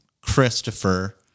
Christopher